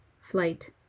flight